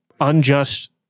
unjust